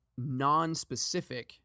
nonspecific